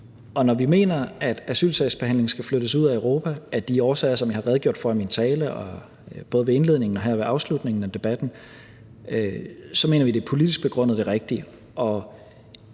når vi mener, at asylsagsbehandlingen skal flyttes ud af Europa af de årsager, som jeg har redegjort for i min tale og både ved indledningen og her ved afslutningen af debatten, så mener vi, at det politisk begrundet er det rigtige.